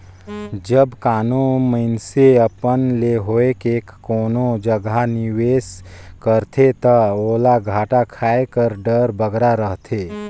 जब कानो मइनसे अपन ले होए के कोनो जगहा निवेस करथे ता ओला घाटा खाए कर डर बगरा रहथे